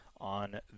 on